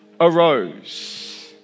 arose